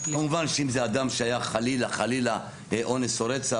כמובן שאם זה אדם שהיה חלילה אונס או רצח,